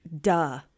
duh